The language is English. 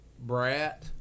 Brat